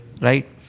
right